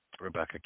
Rebecca